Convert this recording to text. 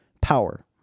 power